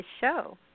show